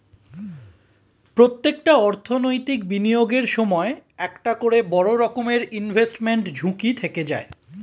প্রত্যেকটা অর্থনৈতিক বিনিয়োগের সময় একটা করে বড় রকমের ইনভেস্টমেন্ট ঝুঁকি থেকে যায়